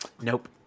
Nope